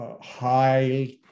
high